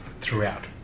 throughout